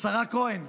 השרה כהן,